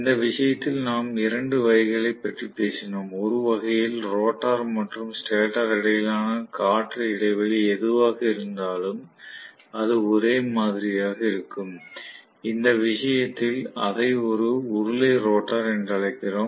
இந்த விஷயத்தில் நாம் இரண்டு வகைகளைப் பற்றிப் பேசினோம் ஒரு வகையில் ரோட்டார் மற்றும் ஸ்டேட்டர் இடையிலான காற்று இடைவெளி எதுவாக இருந்தாலும் அது ஒரே மாதிரியாக இருக்கும் இந்த விஷயத்தில் அதை ஒரு உருளை ரோட்டார் என்று அழைக்கிறோம்